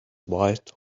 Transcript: white